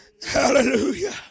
Hallelujah